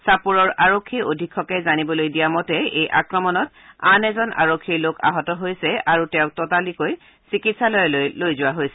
চাপোৰৰ আৰক্ষী অধীক্ষকে জানিবলৈ দিয়া মতে এই আক্ৰমণত আন এজন আৰক্ষীৰ লোক আহত হৈছে আৰু তেওঁক ততালিকে চিকিৎসালয়লৈ লৈ যোৱা হৈছে